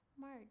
march